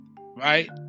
right